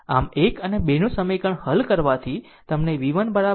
આમ 1 અને 2 નું સમીકરણ હલ કરવાથી તમને v 1 10